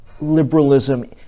liberalism